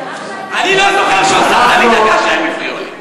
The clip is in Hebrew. אני לא זוכר שהוספת לי דקה כשהם הפריעו לי.